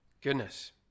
Goodness